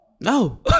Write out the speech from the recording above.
No